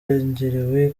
yongeraho